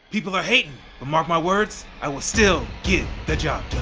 people are hating, but mark my words i will still. get. the job. done.